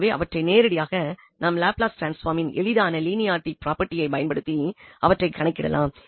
எனவே அவற்றை நேரடியாக நாம் லாப்லஸ் டிரான்ஸ்பாமின் எளிதான லீனியரிட்டி ப்ராப்பர்ட்டியைப் பயன்படுத்தி அவற்றை கணக்கிடலாம்